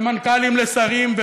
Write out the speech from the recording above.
ומנכ"לים לשרים,